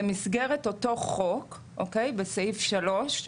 במסגרת אותו חוק בסעיף 3,